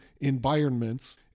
environments